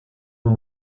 mon